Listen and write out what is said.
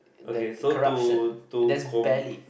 the the corruption there's barely